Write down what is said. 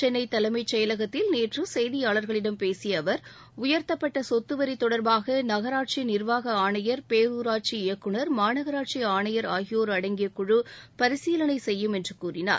சென்னை தலைமைச் செயலகத்தில் நேற்று செய்தியாளர்களிடம் பேசிய அவர் உயர்த்தப்பட்ட சொத்து வரி தொடர்பாக நகராட்சி நிர்வாக ஆணையர் பேரூராட்சி இயக்குநர் மாநகராட்சி ஆணையர் ஆகியோர் அடங்கிய குழு பரிசீலனை செய்யுமென்று கூறினார்